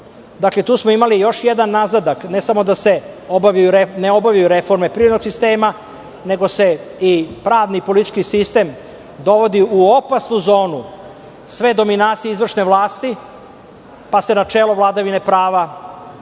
posao. Dakle, tu smo imali još jedan nazadak, ne samo da se ne obavljaju reforme privrednog sistema, nego se i pravni i politički sistem dovodi u opasnu zonu svedominacije izvršne vlasti, pa se načelo vladavine prava gura u